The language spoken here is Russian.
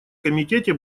комитете